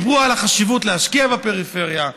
דיברו על החשיבות להשקיע בפריפריה,